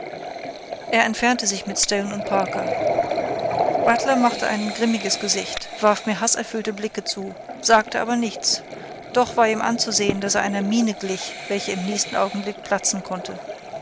er entfernte sich mit stone und parker rattler machte ein grimmiges gesicht warf mir haßerfüllte blicke zu sagte aber nichts doch war ihm anzusehen daß er einer mine glich welche im nächsten augenblicke platzen konnte